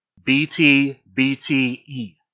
BTBTE